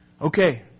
Okay